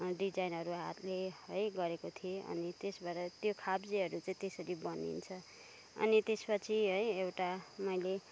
डिजाइनहरू हातले है गरेको थिएँ अनि त्यसबाट त्यो खाप्जेहरू चाहिँ त्यसरी बनिन्छ अनि त्यसपछि है एउटा मैले